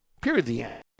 Period